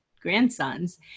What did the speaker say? grandsons